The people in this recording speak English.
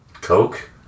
coke